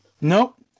Nope